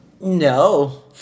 no